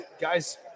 guys